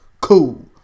Cool